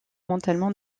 mentalement